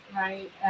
right